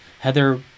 Heather